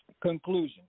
conclusion